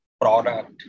product